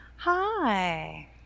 hi